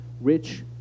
Rich